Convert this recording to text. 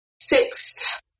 Six